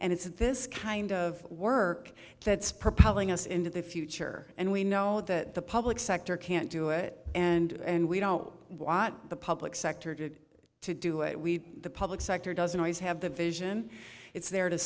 and it's this kind of work that's propelling us into the future and we know that the public sector can't do it and we don't know wot the public sector did to do it we the public sector doesn't always have the vision it's there to